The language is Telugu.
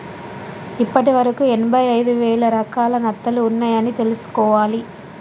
ఇప్పటి వరకు ఎనభై ఐదు వేల రకాల నత్తలు ఉన్నాయ్ అని తెలుసుకోవాలి